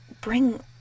bring